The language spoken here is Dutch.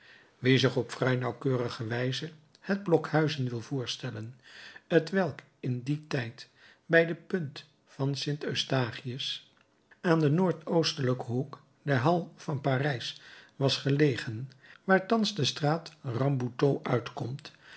wie zich op vrij nauwkeurige wijze het blok huizen wil voorstellen t welk in dien tijd bij de punt van st eustachius aan den noordoostelijken hoek des halles van parijs was gelegen waar thans de straat rambuteau uitkomt